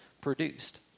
produced